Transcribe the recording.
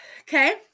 Okay